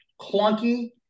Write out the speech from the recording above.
clunky